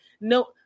no